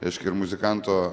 reiškia ir muzikanto